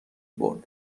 برد